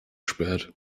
spät